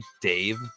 Dave